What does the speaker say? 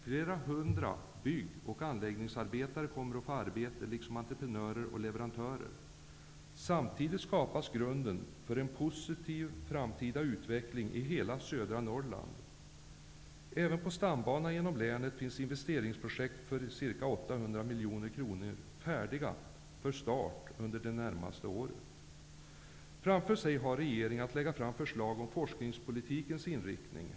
Flera hundra bygg och anläggningsarbetare kommer att få arbete, liksom entreprenörer och leverantörer. Samtidigt skapas grunden för en positiv framtida utveckling i hela södra Norrland. Även på stambanan genom länet finns investeringsprojekt för ca 800 miljoner kronor färdiga för start under det närmaste året. Regeringen har nu att lägga fram förslag om forskningspolitikens inriktning.